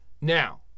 Now